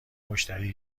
مشتری